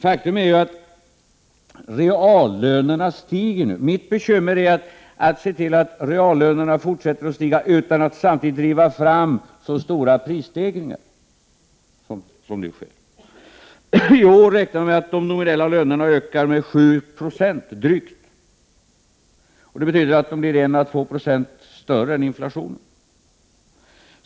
Faktum är ju att reallönerna stiger. Mitt bekymmer är att se till att reallönerna fortsätter att stiga utan att samtidigt driva fram så stora prisstegringar som nu är fallet. I år räknar vi med att de nominella lönerna ökar med drygt 7 20. Det betyder att lönerna ökar 1 å 2 96 mer än inflationen.